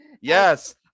yes